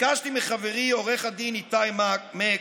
ביקשתי מחברי עו"ד איתי מק,